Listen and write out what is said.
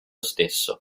stesso